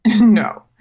No